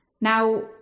Now